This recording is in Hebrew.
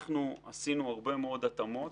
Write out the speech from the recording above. עשינו הרבה מאוד התאמות.